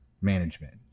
management